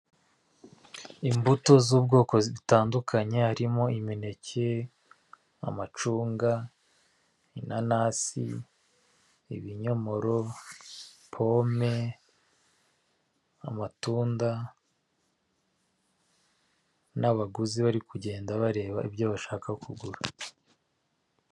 Imbuto z'ubwoko zitandukanye harimo; imineke, amacunga, inanasi, ibinyomoro, pome, amatunda, n'abaguzi barimo kugenda bareba ibyo bashaka kugura.